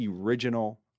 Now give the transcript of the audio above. original